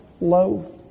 loaf